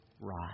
ride